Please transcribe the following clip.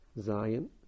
Zion